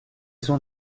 son